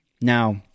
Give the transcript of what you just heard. Now